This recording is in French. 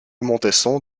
montesson